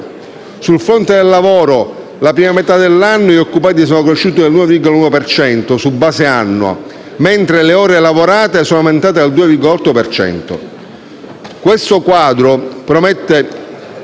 Sul fronte del lavoro, nella prima metà dell'anno gli occupati sono cresciuti dell'1,1 per cento su base annua, mentre le ore lavorate sono aumentate del 2,8